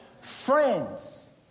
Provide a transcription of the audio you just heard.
Friends